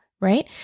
right